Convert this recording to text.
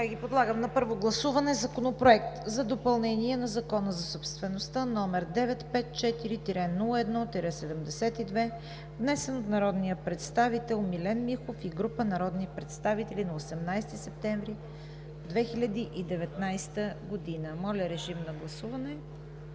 Моля, режим на гласуване